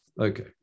Okay